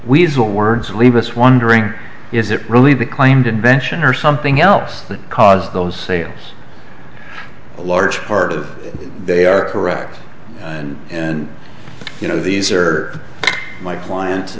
weasel words leave us wondering is it really be claimed invention or something else that caused those sales a large part of they are correct and you know these are my client